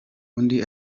undi